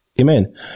Amen